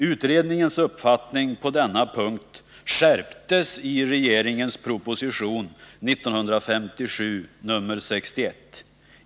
Utredningens uppfattning på denna punkt skärptes i regeringens proposition 1957:61.